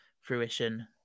fruition